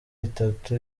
itatu